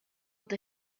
with